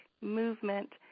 movement